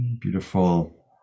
beautiful